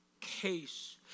case